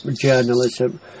journalism